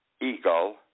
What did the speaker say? Eagle